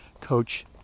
coach